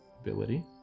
ability